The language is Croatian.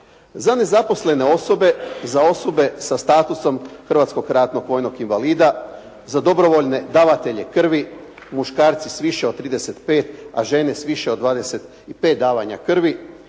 Za nezaposlene osobe, za osobe sa statusom hrvatskog ratnog vojnog invalida, za dobrovoljne davatelje krvi, muškarci više od 35 , a žene s više od 25 davanja krvi,